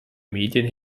medien